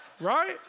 Right